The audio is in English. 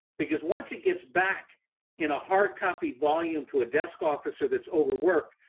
because once it gets back in a hard copy volume to a desk officer that's overworked,